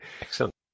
Excellent